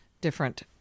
different